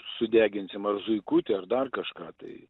sudeginsim ar zuikutį ar dar kažką tai